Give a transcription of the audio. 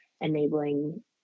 enabling